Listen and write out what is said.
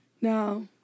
Now